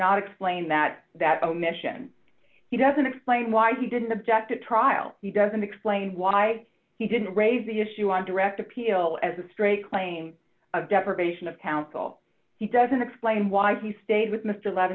not explain that that omission he doesn't explain why he didn't object at trial he doesn't explain why he didn't raise the issue on direct appeal as a stray claim of deprivation of counsel he doesn't explain why he stayed with mr